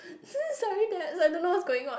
sorry that I don't know what is going on